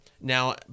Now